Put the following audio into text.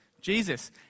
Jesus